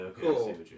cool